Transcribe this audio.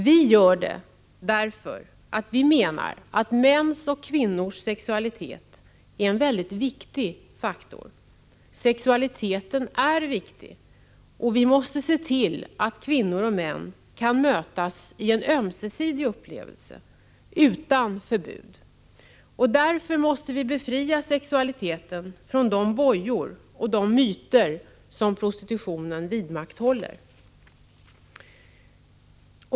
Vi gör det därför att vi menar att mäns och kvinnors sexualitet är en väldigt viktig faktor. Sexualiteten är viktig, och vi måste se till att kvinnor och män kan mötas i en ömsesidig upplevelse utan förbud. Därför måste vi befria sexualiteten från de bojor och myter som prostitutionen vidmakthåller.